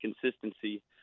consistency